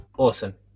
Awesome